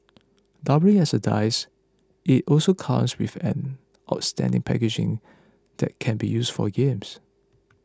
doubling as a dice it also comes with an outstanding packaging that can be used for games